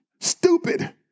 stupid